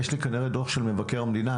יש לי כנראה דוח של מבקר המדינה,